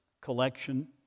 collection